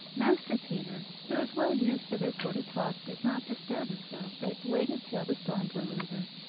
master peter, who was well used to this sort of talk, did not disturb himself, but waited till the storm blew over,